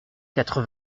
quatre